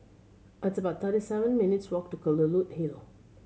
at about thirty seven minutes' walk to Kelulut Hill